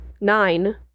nine